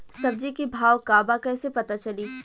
सब्जी के भाव का बा कैसे पता चली?